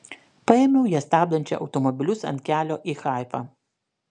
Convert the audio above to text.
paėmiau ją stabdančią automobilius ant kelio į haifą